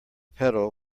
pedal